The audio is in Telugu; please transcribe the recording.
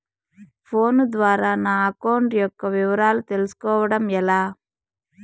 ఫోను ద్వారా నా అకౌంట్ యొక్క వివరాలు తెలుస్కోవడం ఎలా?